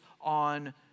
on